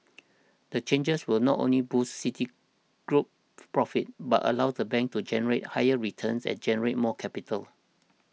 the changes will not only boost Citigroup's profits but allow the bank to generate higher returns and generate more capital